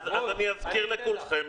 אז אני אזכיר לכולכם,